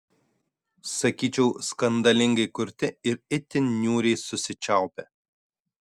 sakyčiau skandalingai kurti ir itin niūriai susičiaupę